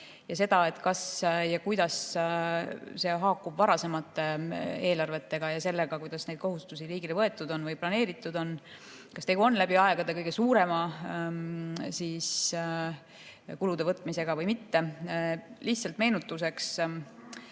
ja sellest, kuidas see haakub varasemate eelarvetega ja sellega, kuidas neid kohustusi riigile võetud on või planeeritud on, ja kas tegu on läbi aegade kõige suurema kulude võtmisega või mitte. Lihtsalt meenutuseks